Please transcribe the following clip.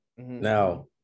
Now